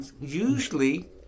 usually